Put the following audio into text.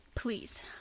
Please